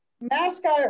Mascot